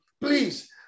Please